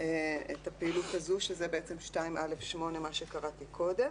את הפעילות הזו, שזה בעצם (2א8), מה שקראתי קודם.